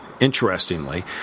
Interestingly